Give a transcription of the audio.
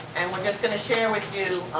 and we're just gonna share with you,